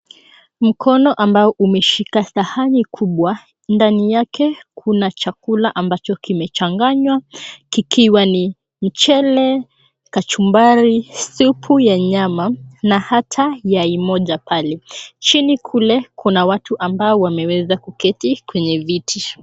Mkono ambao umeshika sahani kubwa. Ndani yake kuna chakula ambacho kimechanganywa kikiwa ni mchele, kachumbari, supu ya nyama na hata yai moja pale. Chini kule kuna watu ambao wameweza kuketi kwenye viti.